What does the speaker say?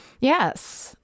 yes